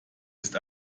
ist